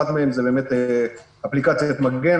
אחת מהן זה אפליקציית "מגן",